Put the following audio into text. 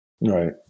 Right